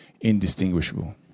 indistinguishable